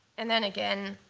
and then again,